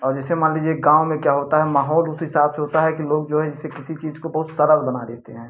और जैसे मान लीजिए गाँव में क्या होता है माहौल उस हिसाब से होता है कि लोग जो है जैसे किसी चीज को बहुत सरल बना देते हैं